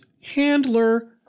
handler